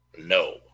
No